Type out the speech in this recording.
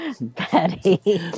Betty